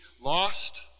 lost